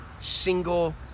single